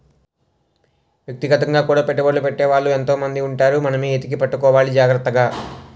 వ్యక్తిగతంగా కూడా పెట్టుబడ్లు పెట్టే వాళ్ళు ఎంతో మంది ఉంటారు మనమే ఎతికి పట్టుకోవాలి జాగ్రత్తగా